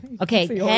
Okay